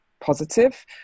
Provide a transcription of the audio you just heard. positive